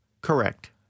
Correct